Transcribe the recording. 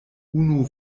unu